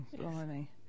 blimey